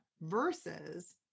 versus